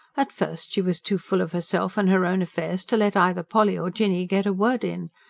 at first she was too full of herself and her own affairs to let either polly or jinny get a word in.